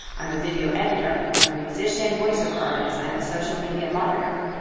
i'm a video editor. i'm a musician, voiceover artist. i'm a social media marketer,